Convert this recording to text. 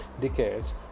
decades